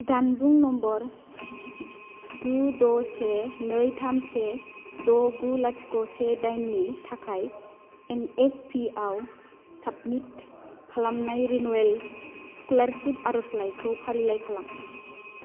जानबुं नम्बर गु द से नै थाम से द गु लाथिख से दाइन नि थाखाय एन एस पि आव साबमिट खालामनाय रिनिउयेल स्कलारशिप आरजलाइखौ फारिलाइ खालाम